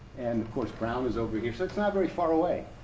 and of course brown is over here, so it's not very far away.